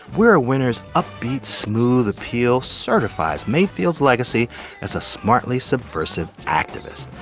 we're a winner's upbeat, smooth appeal certifies mayfield's legacy as a smartly subversive activist,